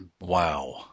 Wow